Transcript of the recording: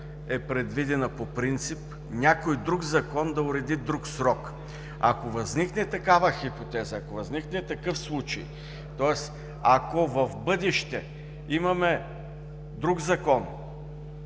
е предвидена по принцип – някой друг закон да уреди друг срок. Ако възникне такава хипотеза, ако възникне такъв случай, ако в бъдеще се приеме друг такъв